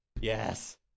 Yes